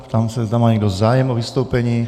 Ptám se, zda má někdo zájem o vystoupení.